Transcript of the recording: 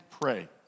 pray